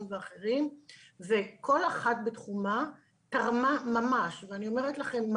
ושונים וכל אחת בתחומה תרמה ממש ואני אומרת לכן,